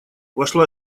вошла